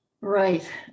Right